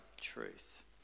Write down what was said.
truth